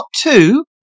two